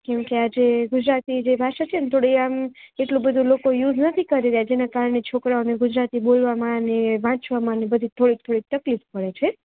કેમ કે જે આ ગુજરાતી જે ભાષા છે થોડી આમ એટલું બધું લોકો યુઝ નથી કરી રહ્યા જેના કારણે છોકરાઓને ગુજરાતી બોલવામાં અને વાંચવામાં ને બધી થોડીક થોડીક તકલીફ પડે છે